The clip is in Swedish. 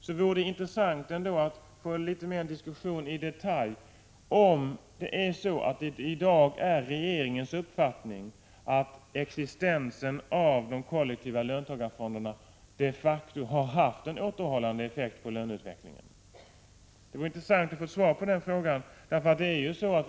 Då vore det intressant att få litet mer diskussion i detalj, om det i dag är regeringens uppfattning att existensen av de kollektiva löntagarfonderna de facto haft en återhållande effekt på löneutvecklingen. Det vore intressant att få svar på den frågan.